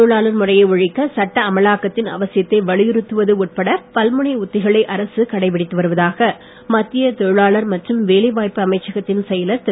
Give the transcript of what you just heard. தொழிலாளர் முறையை குழந்தை ஒழிக்க சட்ட அமலாக்கத்தின் அவசியத்தை வலியுறுத்துவது உட்பட பல்முனை உத்திகளை அரசு கடைபிடித்து வருவதாக மத்திய தொழிலாளர் மற்றும் வேலை வாய்ப்பு அமைச்சகத்தின் செயலர் திரு